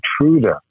intruder